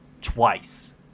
twice